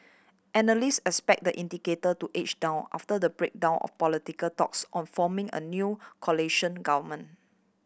analyst expect the indicator to edge down after the breakdown of political talks on forming a new coalition government